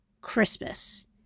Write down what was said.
Christmas